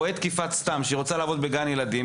רואה תקיפת סתם ושהיא רוצה לעבוד בגן ילדים,